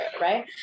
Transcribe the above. right